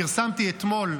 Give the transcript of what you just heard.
פרסמתי אתמול,